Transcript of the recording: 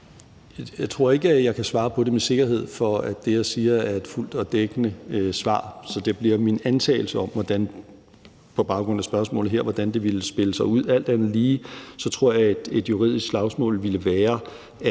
Jeg tror ikke, jeg kan svare på det med sikkerhed for, at det, jeg siger, er et fuldt og dækkende svar. Så det bliver min antagelse af, hvordan det på baggrund af spørgsmålet her ville udspille sig. Alt andet lige tror jeg, et juridisk slagsmål ville være